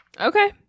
Okay